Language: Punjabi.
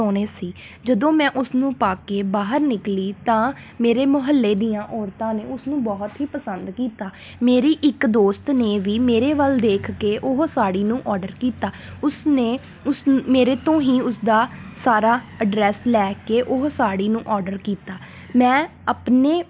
ਸੋਹਣੇ ਸੀ ਜਦੋਂ ਮੈਂ ਉਸ ਨੂੰ ਪਾ ਕੇ ਬਾਹਰ ਨਿਕਲੀ ਤਾਂ ਮੇਰੇ ਮੁਹੱਲੇ ਦੀਆਂ ਔਰਤਾਂ ਨੇ ਉਸ ਨੂੰ ਬਹੁਤ ਹੀ ਪਸੰਦ ਕੀਤਾ ਮੇਰੀ ਇੱਕ ਦੋਸਤ ਨੇ ਵੀ ਮੇਰੇ ਵੱਲ ਦੇਖ ਕੇ ਉਹ ਸਾੜੀ ਨੂੰ ਔਡਰ ਕੀਤਾ ਉਸ ਨੇ ਉਸ ਮੇਰੇ ਤੋਂ ਹੀ ਉਸ ਦਾ ਸਾਰਾ ਅਡਰੈਸ ਲੈ ਕੇ ਉਹ ਸਾੜੀ ਨੂੰ ਔਡਰ ਕੀਤਾ ਮੈਂ ਆਪਣੇ